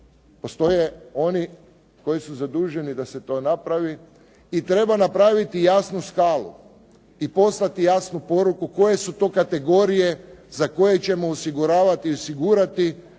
postoje oni koji su zaduženi da se to napravi i treba napraviti jasnu skalu i poslati jasnu poruku koje su to kategorije za koje ćemo osiguravati i osigurati